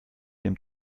dem